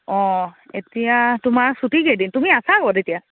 অঁ এতিয়া তোমাৰ ছুটি কেইদিন তুমি আছা ক'ত তেতিয়া